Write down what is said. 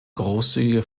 großzügige